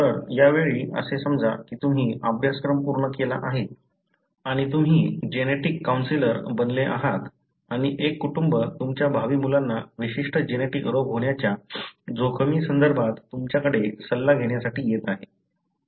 तर यावेळी असे समजा की तुम्ही अभ्यासक्रम पूर्ण केला आहे आणि तुम्ही जेनेटिक कौन्सलर बनले आहात आणि एक कुटुंब तुमच्या भावी मुलांना विशिष्ट जेनेटिक रोग होण्याच्या जोखमीसंदर्भात तुमच्याकडे सल्ला घेण्यासाठी येत आहे